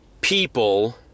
people